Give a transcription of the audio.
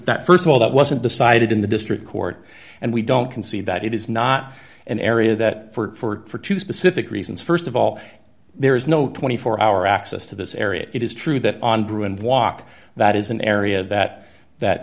that st of all that wasn't decided in the district court and we don't concede that it is not an area that for two specific reasons st of all there is no twenty four hour access to this area it is true that on drew and walk that is an area that that